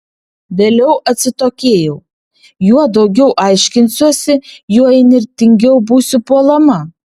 vėliau atsitokėjau juo daugiau aiškinsiuosi juo įnirtingiau būsiu puolama